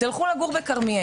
לכו לגור בכרמיאל.